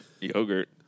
yogurt